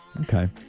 Okay